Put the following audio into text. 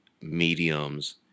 mediums